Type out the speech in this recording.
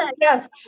Yes